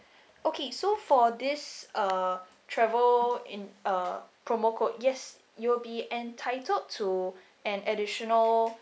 okay so for this uh travel in a promo code yes you will be entitled to an additional